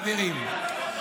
זאת תשובת הממשלה?